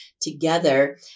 together